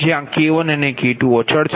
જ્યાં K1 અને K2 અચલ છે